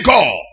God